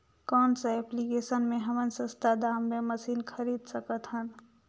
कौन सा एप्लिकेशन मे हमन सस्ता दाम मे मशीन खरीद सकत हन?